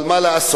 אבל מה לעשות?